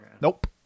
Nope